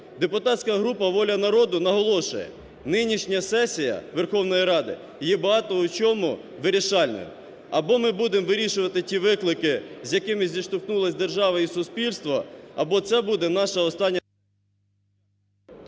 Депутатська група "Воля народу" наголошує: нинішня сесія Верховної Ради є багато в чому вирішальною. Або ми будемо вирішувати ті виклики, з якими зіштовхнулась держава і суспільство, або це буде наша остання…